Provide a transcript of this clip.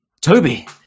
Toby